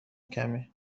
کمه